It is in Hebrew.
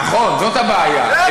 נכון, זאת הבעיה.